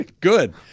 Good